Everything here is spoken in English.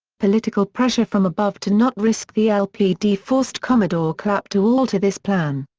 political pressure from above to not risk the lpd forced commodore clapp to alter this plan.